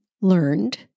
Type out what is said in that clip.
learned